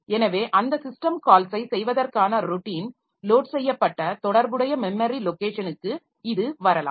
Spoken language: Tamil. எனவே அந்த சிஸ்டம் கால்ஸை செய்வதற்கான ரொட்டின் லோட் செய்யப்பட்ட தொடர்புடைய மெமரி லொக்கேஷனுக்கு இது வரலாம்